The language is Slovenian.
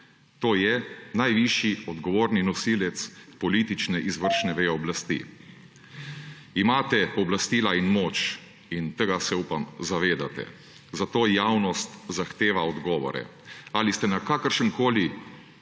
to je najvišji odgovorni nosilec politične izvršne veje oblasti. Imate pooblastila in moč in tega se, upam, zavedate. Zato javnost zahteva odgovore. Ali ste na kakršenkoli